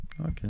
Okay